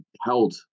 held